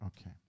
Okay